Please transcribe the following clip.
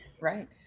Right